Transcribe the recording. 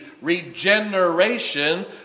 regeneration